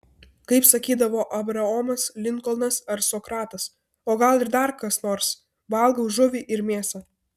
kaip sakydavo abraomas linkolnas ar sokratas o gal ir dar kas nors valgau žuvį ir mėsą